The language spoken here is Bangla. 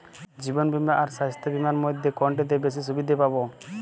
জীবন বীমা আর স্বাস্থ্য বীমার মধ্যে কোনটিতে বেশী সুবিধে পাব?